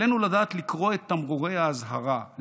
עלינו לדעת לקרוא את תמרורי האזהרה,